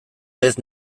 naiz